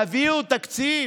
תביאו תקציב.